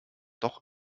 doch